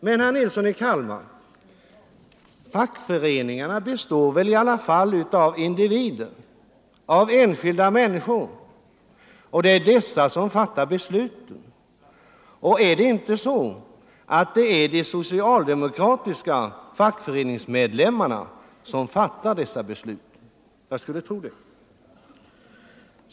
Men, herr Nilsson, fackföreningarna består väl i alla fall av individer, av enskilda människor, och det är de som fattar besluten. Och är det inte de socialdemokratiska fackföreningsmedlemmarna som fattar dessa beslut? Jag skulle tro det.